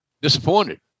disappointed